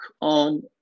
on